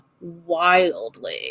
wildly